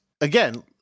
Again